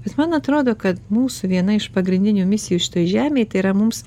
bet man atrodo kad mūsų viena iš pagrindinių misijų šitoj žemėj tai yra mums